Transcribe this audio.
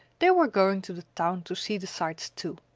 they were going to the town to see the sights too.